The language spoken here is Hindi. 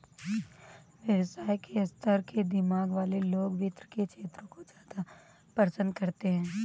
व्यवसाय के स्तर के दिमाग वाले लोग वित्त के क्षेत्र को ज्यादा पसन्द करते हैं